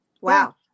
Wow